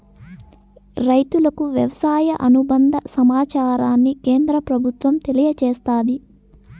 రైతులకు వ్యవసాయ అనుబంద సమాచారాన్ని కేంద్ర ప్రభుత్వం తెలియచేస్తాది